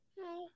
Hi